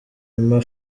emma